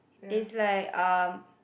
it's like um